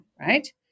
right